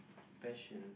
passion